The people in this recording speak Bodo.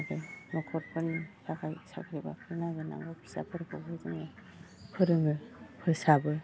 आरो न'खरफोरनि थाखाय साख्रि बाख्रि नागिरनांगौ फिसाफोरखौबो जोङो फोरोङो फोसाबो